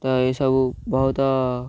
ତ ଏସବୁ ବହୁତ